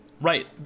Right